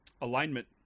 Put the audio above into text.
alignment